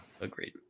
Agreed